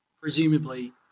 presumably